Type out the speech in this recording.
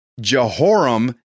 Jehoram